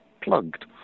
plugged